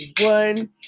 one